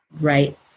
right